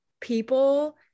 people